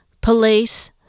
Police